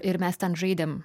ir mes ten žaidėm